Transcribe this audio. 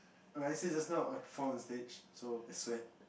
like I say just now I fall on the stage so I sweat